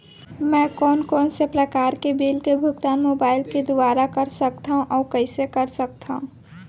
मैं कोन कोन से प्रकार के बिल के भुगतान मोबाईल के दुवारा कर सकथव अऊ कइसे कर सकथव?